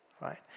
right